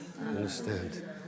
understand